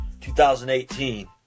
2018